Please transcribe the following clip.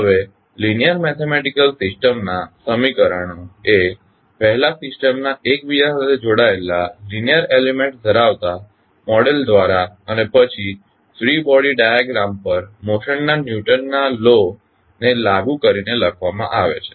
હવે linear mathematical સિસ્ટમના સમીકરણો એ પહેલા સિસ્ટમના એકબીજા સાથે જોડાયેલા લીનીઅર એલીમેન્ટ્સ ધરાવતા મોડેલ દ્વારા અને પછી ફ્રી બોડી ડાયાગ્રામ પર મોશન ના ન્યુટનના law Newton's law of motion ને લાગુ કરીને લખવામાં આવે છે